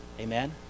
Amen